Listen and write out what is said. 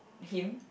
him